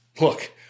Look